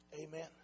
Amen